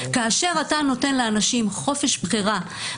כאשר אתה נותן לאנשים חופש בחירה,